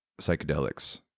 psychedelics